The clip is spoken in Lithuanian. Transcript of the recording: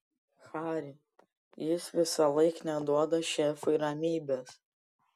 hari jis visąlaik neduoda šefui ramybės